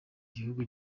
gihugu